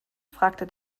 fragte